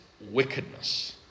wickedness